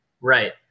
Right